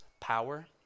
power